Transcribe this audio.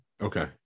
Okay